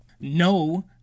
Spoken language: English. No